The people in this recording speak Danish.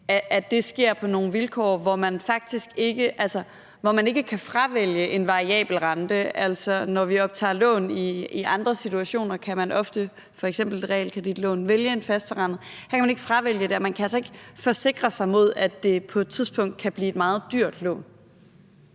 sker det på nogle vilkår, hvor man faktisk ikke kan fravælge en variabel rente? Altså, når vi optager lån i andre situationer, kan man ofte, f.eks. ved et realkreditlån, vælge en fastforrentet model. Her kan man ikke fravælge det, og man kan altså ikke forsikre sig mod, at det på et tidspunkt kan blive et meget dyrt lån.